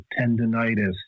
tendonitis